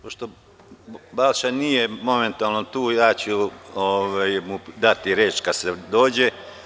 Pošto Balša nije momentalno tu, ja ću mu dati reč kada dođe.